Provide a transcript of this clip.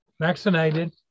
vaccinated